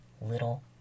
little